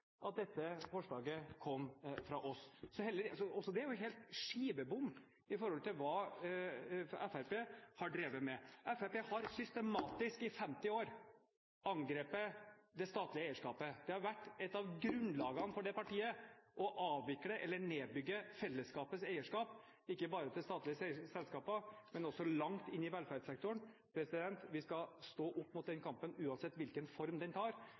at dette forslaget kom fra oss. Også det er helt skivebom i forhold til hva Fremskrittspartiet har drevet med. Fremskrittspartiet har systematisk i 50 år angrepet det statlige eierskapet. Det har vært ett av grunnlagene for det partiet å avvikle eller nedbygge fellesskapets eierskap, ikke bare til statlige selskaper, men også langt inn i velferdssektoren. Vi skal stå opp mot den kampen uansett hvilken form den tar.